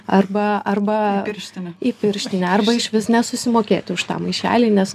arba arba į pirštinę arba išvis nesusimokėti už tą maišelį nes